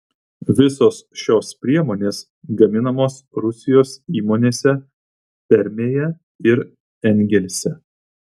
visos šios priemonės gaminamos rusijos įmonėse permėje ir engelse